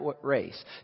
race